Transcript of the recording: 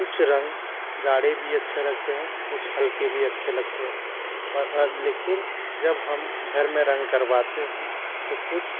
कुछ रंग गाढ़े भी अच्छे लगते हैं कुछ हल्के भी अच्छे लगते हैं पर लेकिन जब हम घर में रंग करवाते हैं तो कुछ